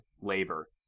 labor